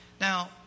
Now